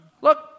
look